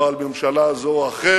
היא לא על ממשלה זו או אחרת.